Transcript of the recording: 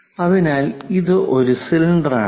അതിനാൽ ഇത് ഒരു സിലിണ്ടർ ആണ്